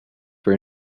for